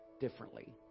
differently